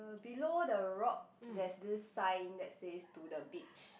uh below the rock there's this sign that says to the beach